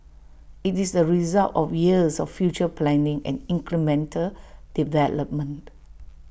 IT is the result of years of future planning and incremental development